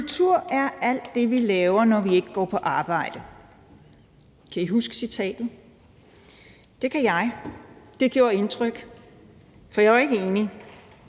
»Kultur er alt det vi laver, når vi ikke går på arbejde.« Kan I huske citatet? Det kan jeg. Det gjorde indtryk. For jeg var ikke enig.